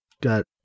got